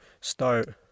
start